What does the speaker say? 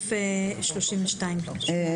נמשיך.